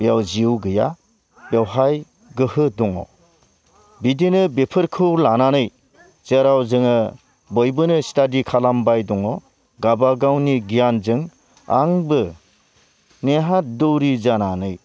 बेयाव जिउ गैया बेवहाय गोहो दङ बिदिनो बेफोरखौ लानानै जेराव जोङो बयबोनो स्टादि खालामबाय दङ गावबागावनि गियानजों आंबो नेहात दौरि जानानै